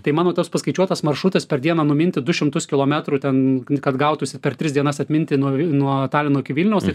tai mano tas paskaičiuotas maršrutas per dieną numinti du šimtus kilometrų ten kad gautųsi per tris dienas atminti nuo nuo talino iki vilniaus ir